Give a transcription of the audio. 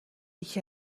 یکی